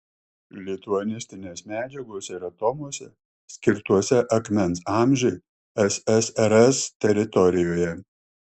lituanistinės medžiagos yra tomuose skirtuose akmens amžiui ssrs teritorijoje